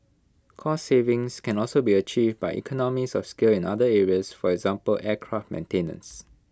cost savings can also be achieved by economies of scale in other areas for example aircraft maintenance